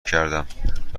کردم